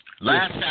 last